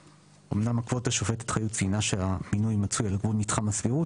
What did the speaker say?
אמנם כבוד השופטת חיות ציינה שהמינוי מצוי על גבול מתחם הסבירות,